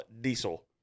Diesel